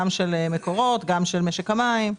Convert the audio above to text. גם של מקורות וגם של משק המים.